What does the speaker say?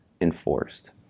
enforced